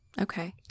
Okay